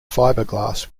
fiberglass